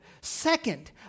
Second